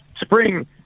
spring